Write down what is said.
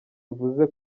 bivuze